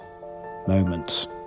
moments